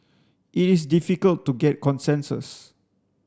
it is difficult to get consensus